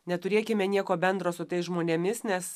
neturėkime nieko bendro su tais žmonėmis nes